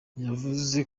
yavuze